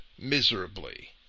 miserably